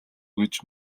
гэж